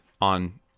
on